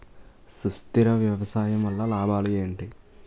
సుస్థిర వ్యవసాయం వల్ల లాభాలు ఏంటి?